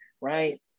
right